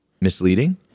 misleading